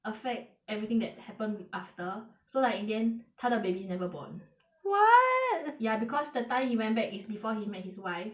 affect everything that happened after so like in the end 他的 baby never born [what] ya because the time he went back is before he met his wife